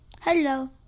Hello